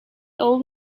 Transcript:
old